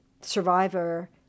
survivor